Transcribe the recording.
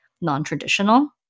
non-traditional